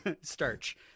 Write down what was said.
starch